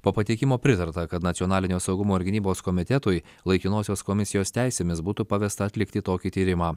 po pateikimo pritarta kad nacionalinio saugumo ir gynybos komitetui laikinosios komisijos teisėmis būtų pavesta atlikti tokį tyrimą